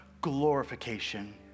glorification